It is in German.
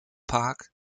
park